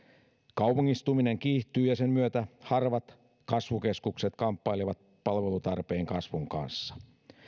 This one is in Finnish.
kaupungistuminen kiihtyy ja sen myötä harvat kasvukeskukset kamppailevat palvelutarpeen kasvun kanssa